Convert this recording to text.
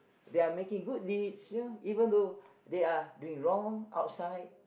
they're making good deeds you know even though they are doing wrong outside